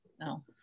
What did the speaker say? no